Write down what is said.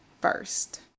first